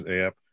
app